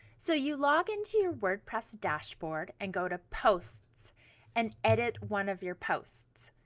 so you log in to your wordpress dashboard and go to posts and edit one of your posts